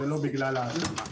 זה לא בגלל האדמה.